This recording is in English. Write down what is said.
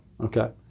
Okay